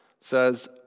says